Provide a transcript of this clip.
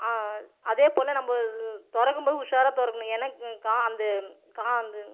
அதேபோல் நம்ம திறக்கும்போது உஷாரா திறக்கணும் ஏன்னால் அந்த